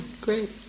great